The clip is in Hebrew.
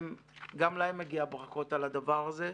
גם להם מגיע ברכות על הדבר הזה.